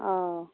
ꯑꯥꯎ